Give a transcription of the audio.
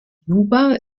juba